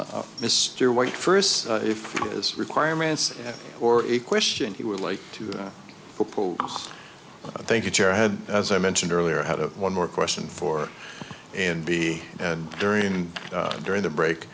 as mr white first if it is requirements or a question he would like to pull i think it's your head as i mentioned earlier had a one more question for an b and during and during the break